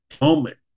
moment